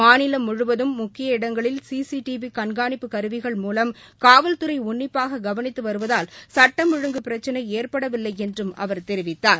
மாநிலம் முழுவதும் முக்கிய இடங்களில் சி சி டி வி கண்காணிப்பு கருவிகள் மூலம் காவல்துறை உள்ளிப்பாக கவனித்து வருவதால் சட்டம் ஒழுங்கு பிரக்சினை ஏற்படவில்லை என்றும் அவர் தெரிவித்தார்